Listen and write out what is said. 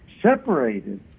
separated